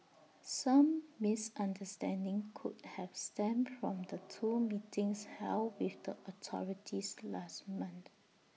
some misunderstanding could have stemmed from the two meetings held with the authorities last month